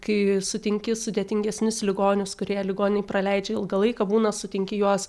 kai sutinki sudėtingesnius ligonius kurie ligoninėj praleidžia ilgą laiką būna sutinki juos